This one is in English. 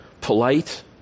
polite